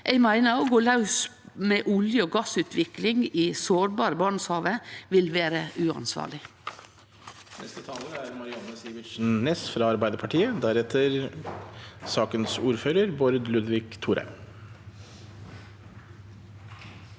Eg meiner at å gå laus med olje- og gassutvikling i sårbare Barentshavet vil vere uansvarleg.